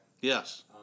Yes